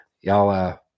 y'all